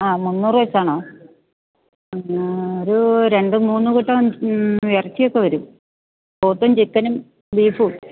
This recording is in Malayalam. ആ മുന്നൂറു വച്ചാണോ ഒരു രണ്ടു മൂന്നു കൂട്ടാൻ ഇറച്ചി ഒക്കെ വരും പോത്തും ചിക്കനും ബീഫും